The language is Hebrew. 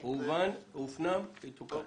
הובן, הופנם, יתוקן.